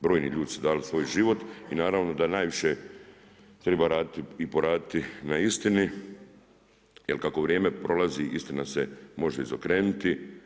Brojni ljudi su dali svoj život i naravno da najviše treba raditi i poraditi na istini, jer kako vrijeme prolazi istina se može izokrenuti.